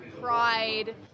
pride